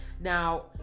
Now